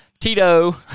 Tito